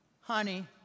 honey